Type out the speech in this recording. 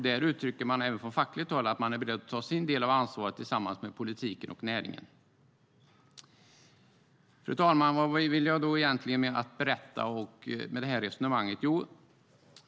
Där uttrycker man även från fackligt håll att man är beredd att ta sin del av ansvaret tillsammans med politiken och näringen. Fru talman! Vad vill jag då egentligen berätta med det här resonemanget?